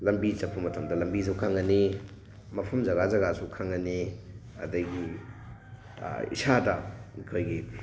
ꯂꯝꯕꯤ ꯆꯠꯄ ꯃꯇꯝꯗ ꯂꯝꯕꯤꯁꯨ ꯈꯪꯉꯅꯤ ꯃꯐꯝ ꯖꯒꯥ ꯖꯒꯥꯁꯨ ꯈꯪꯉꯅꯤ ꯑꯗꯒꯤ ꯏꯁꯥꯗ ꯑꯩꯈꯣꯏꯒꯤ